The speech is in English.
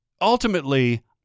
ultimately